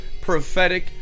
prophetic